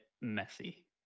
messy